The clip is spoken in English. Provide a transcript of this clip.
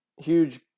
huge